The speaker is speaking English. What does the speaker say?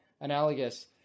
analogous